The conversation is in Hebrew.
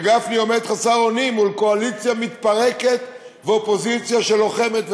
וגפני עומד חסר אונים מול קואליציה מתפרקת ואופוזיציה שלוחמת,